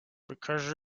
because